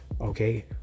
okay